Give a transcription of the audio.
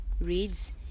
reads